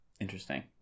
Interesting